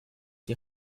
die